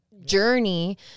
journey